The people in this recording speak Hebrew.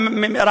שיוזמים אותן,